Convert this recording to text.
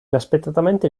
inaspettatamente